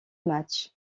match